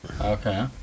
Okay